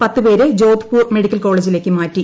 പ്പത്ത് പേരെ ജോധ്പൂർ മെഡിക്കൽ കോളേജിലേക്ക് മാറ്റി